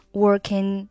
working